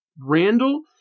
Randall